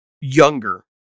younger